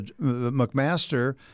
McMaster